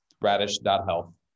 radish.health